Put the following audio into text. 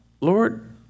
Lord